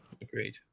Agreed